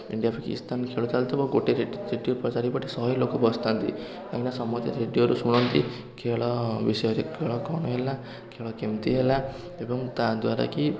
India Pakistan ଖେଳ ଚାଲିଥିବ ଗୋଟେ ରେଡ଼ ରେଡ଼ିଓ ତା ଚାରିପଟେ ଶହେ ଲୋକ ବସିଥାନ୍ତି କାହିଁକି ନା ସମସ୍ତେ ରେଡ଼ିଓରୁ ଶୁଣନ୍ତି ଖେଳ ବିଷୟରେ ଖେଳ କ'ଣ ହେଲା ଖେଳ କେମିତି ହେଲା ଏବଂ ତା ଦ୍ୱାରା କି